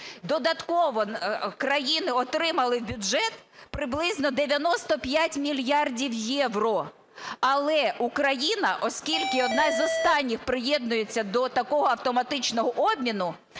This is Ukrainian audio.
Додатково країни отримали в бюджет приблизно 95 мільярдів євро. Але Україна, оскільки одна з останніх приєднується до такого автоматичного обміну,